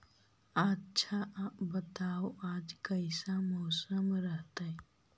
आच्छा बताब आज कैसन मौसम रहतैय?